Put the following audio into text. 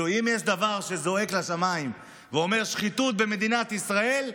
אם יש דבר שזועק לשמיים ואומר שחיתות במדינת ישראל,